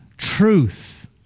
truth